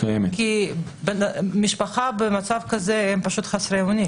כי המשפחה במצב הזה היא פשוט חסרת אונים.